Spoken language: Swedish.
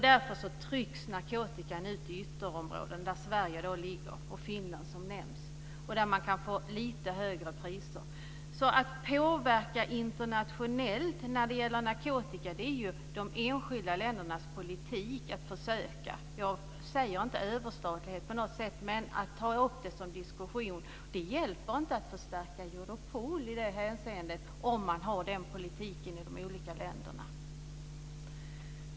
Därför trycks narkotikan ut i ytterområdena, där Sverige och Finland ligger, och där man kan få lite högre priser. Det är de enskilda ländernas politik att försöka påverka internationellt när det gäller narkotika. Jag menar inte överstatlighet på något sätt, men man bör ta upp det till diskussion. Det hjälper inte att förstärka Europol om man har den politiken i de olika länderna.